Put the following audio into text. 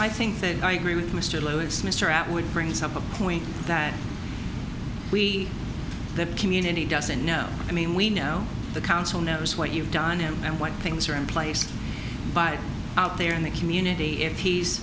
i think that i agree with mr lewis mr atwood brings up a point that we that community doesn't know i mean we know the council knows what you've done and what things are in place by out there in the community if he's